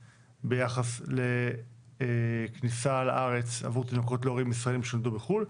ביחס לכניסה לארץ עבור תינוקות להורים ישראלים שנולדו בחו"ל,